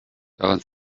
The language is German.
daran